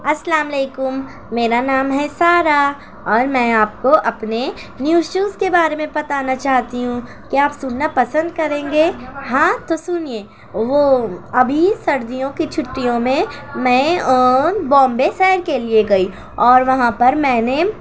السلام علیکم میرا نام ہے سارہ اور میں آپ کو اپنے نیو شوز کے بارے میں بتانا چاہتی ہوں کیا آپ سننا پسند کریں گے ہاں تو سنیے وہ ابھی سردیوں کی چھٹیوں میں میں اون بامبے سیر کے لیے گئی اور وہاں پر میں نے